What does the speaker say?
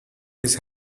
his